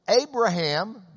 Abraham